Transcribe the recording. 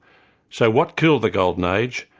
so what killed the golden age,